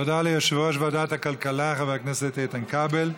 תודה ליושב-ראש ועדת הכלכלה חבר הכנסת איתן כבל.